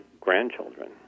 grandchildren